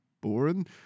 boring